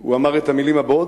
הוא אמר את המלים הבאות,